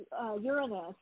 Uranus